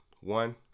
One